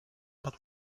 but